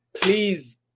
Please